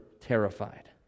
terrified